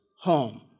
home